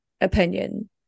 opinion